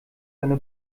seine